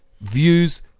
views